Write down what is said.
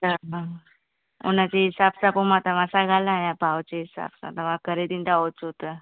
हा हा हुनजे हिसाबु सां पोइ मां तव्हां सां ॻाल्हाया भाव जे हिसाबु सां तव्हां करे ॾिंदा हुजो त